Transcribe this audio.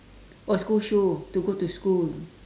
oh school shoe to go to school